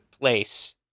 place